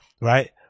right